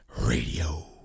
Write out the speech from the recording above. Radio